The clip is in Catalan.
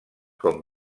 com